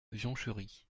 jonchery